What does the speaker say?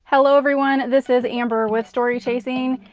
hello everyone. this is amber with story chasing,